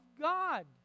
God